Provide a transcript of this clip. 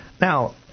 Now